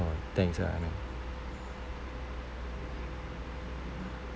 oh thanks ah man